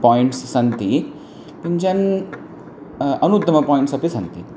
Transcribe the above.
points सन्ति किञ्चन अनुत्तमाः पाय्ण्ट्स् अपि सन्ति